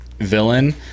villain